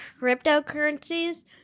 cryptocurrencies